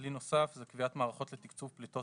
כלי נוסף זה קביעת מערכות לתקצוב פליטות